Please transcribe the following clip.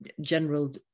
general